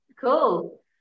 Cool